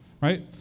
right